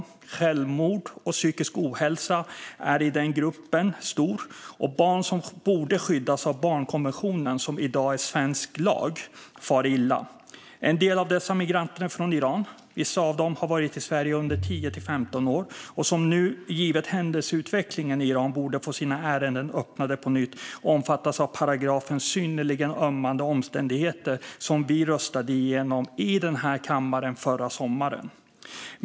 Förekomsten av självmord och psykisk ohälsa är stor i gruppen, och barn som borde skyddas av barnkonventionen, som i dag är svensk lag, far illa. En del av dessa migranter är från Iran. Vissa av dem har varit i Sverige i 10-15 år, och givet händelseutvecklingen i Iran borde de nu få sina ärenden öppnade på nytt. De borde omfattas av paragrafen om synnerligen ömmande omständigheter, som vi röstade igenom i den här kammaren förra sommaren.